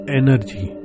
energy